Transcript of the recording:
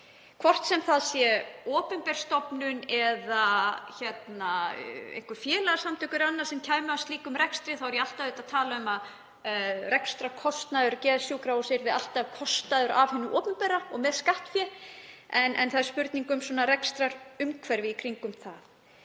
Hvort sem það væri opinber stofnun eða einhver félagasamtök sem kæmu að slíkum rekstri, þá er ég að tala um að rekstrarkostnaður geðsjúkrahúss yrði alltaf greiddur af hinu opinbera, með skattfé, en það er spurning um rekstrarumhverfi í kringum það.